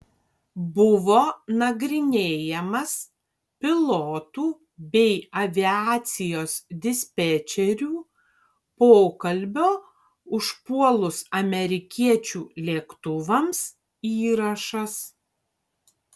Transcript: buvo nagrinėjamas pilotų bei aviacijos dispečerių pokalbio užpuolus amerikiečių lėktuvams įrašas